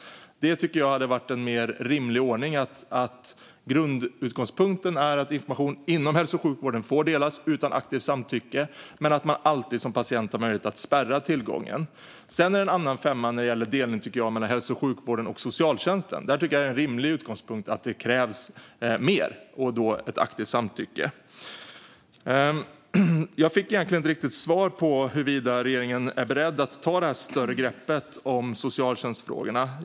Det vore en mer rimlig ordning att information inom hälso och sjukvården får delas utan aktivt samtycke men att man som patient alltid har möjlighet att spärra tillgången. Det är en annan femma när det gäller delning mellan hälso och sjukvården och socialtjänsten. Här är det en rimlig utgångspunkt att det krävs mer och alltså ett aktivt samtycke. Jag fick inte riktigt svar på om regeringen är beredd att ta ett större grepp om socialtjänstfrågorna.